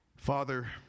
Father